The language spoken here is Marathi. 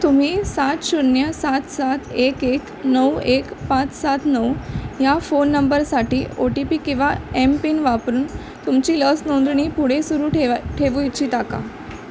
तुम्ही सात शून्य सात सात एक एक नऊ एक पाच सात नऊ ह्या फोन नंबरसाठी ओ टी पी किंवा एमपिन वापरून तुमची लस नोंदणी पुढे सुरू ठेवा ठेवू इच्छिता का